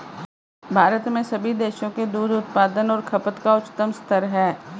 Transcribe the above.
भारत में सभी देशों के दूध उत्पादन और खपत का उच्चतम स्तर है